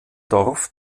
dorf